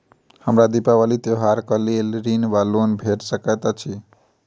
हमरा दिपावली त्योहारक लेल ऋण वा लोन भेट सकैत अछि?